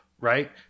right